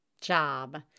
job